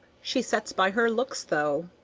she sets by her looks, though.